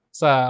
sa